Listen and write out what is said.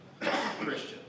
Christian